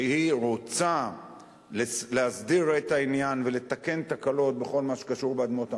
שהיא רוצה להסדיר את העניין ולתקן תקלות בכל מה שקשור באדמות המדינה,